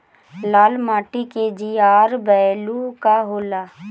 लाल माटी के जीआर बैलू का होला?